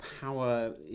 power